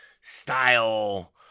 style